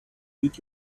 eat